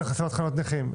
חסימת חניות נכים.